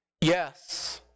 Yes